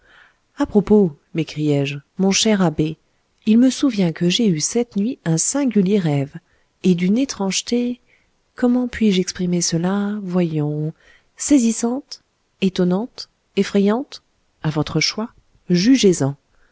à propos m'écriai-je mon cher abbé il me souvient que j'ai eu cette nuit un singulier rêve et d'une étrangeté comment puis-je exprimer cela voyons saisissante étonnante effrayante à votre choix jugez-en